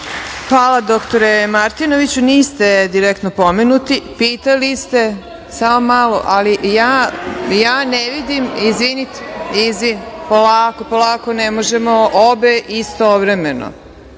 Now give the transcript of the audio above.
Hvala, dr Martinoviću niste direktno pomenuti, pitali ste, samo malo, ali ja ne vidim izvinite, polako, polako ne možemo obe istovremeno. Dakle,